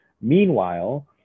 Meanwhile